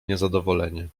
niezadowolenie